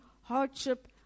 hardship